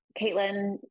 Caitlin